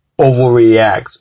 overreact